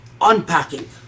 unpacking